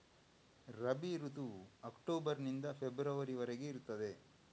ರಬಿ ಋತುವು ಅಕ್ಟೋಬರ್ ನಿಂದ ಫೆಬ್ರವರಿ ವರೆಗೆ ಇರ್ತದೆ